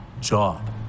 job